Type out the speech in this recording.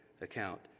account